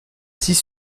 assise